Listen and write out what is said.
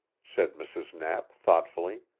said mrs. knapp thoughtfully.